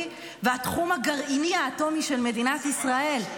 והתחום הגרעיני האטומי של מדינת ישראל?